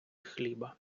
хліба